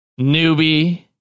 newbie